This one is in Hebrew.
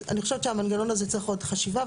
ואני חושבת שהמנגנון הזה צריך עוד חשיבה,